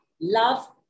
love